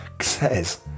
says